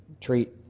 treat